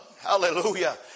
hallelujah